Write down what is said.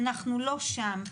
אנחנו לא שם.